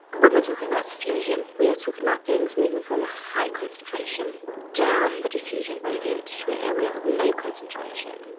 we're talking about diffusion, we are talking about things moving from a high concentration down the diffusion gradient to an area of low concentration.